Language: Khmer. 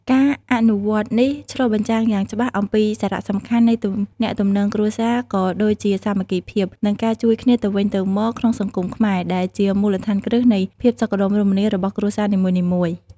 ការអនុវត្តន៍នេះឆ្លុះបញ្ចាំងយ៉ាងច្បាស់អំពីសារៈសំខាន់នៃទំនាក់ទំនងគ្រួសារ ក៏ដូចជាសាមគ្គីភាព និងការជួយគ្នាទៅវិញទៅមកក្នុងសង្គមខ្មែរ ដែលជាមូលដ្ឋានគ្រឹះនៃភាពសុខដុមរមនារបស់គ្រួសារនីមួយៗ។